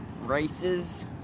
races